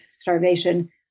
starvation